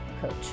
coach